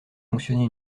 fonctionner